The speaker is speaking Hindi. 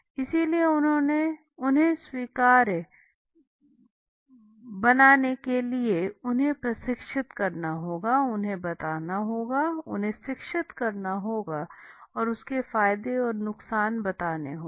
इसलिए उन्हें स्वीकार्य बनाने के लिए उन्हें प्रशिक्षित करना होगा उन्हें बताना होगा उन्हें शिक्षित करना होगा और उसके फायदे और नुकसान बताने होंगे